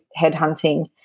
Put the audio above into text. headhunting